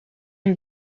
een